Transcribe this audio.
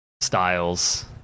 styles